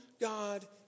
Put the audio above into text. God